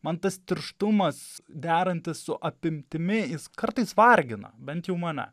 man tas tirštumas derantis su apimtimi jis kartais vargina bent jau mane